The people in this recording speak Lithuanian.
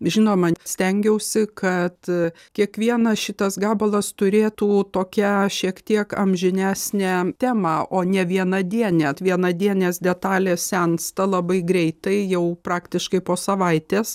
žinoma stengiausi kad kiekvienas šitas gabalas turėtų tokią šiek tiek amžinesnę temą o ne vienadienė vienadienės detalės sensta labai greitai jau praktiškai po savaitės